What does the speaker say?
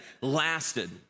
lasted